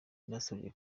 yanasabye